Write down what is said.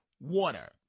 water